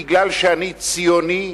ואני ציוני?